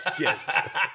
Yes